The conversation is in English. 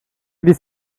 this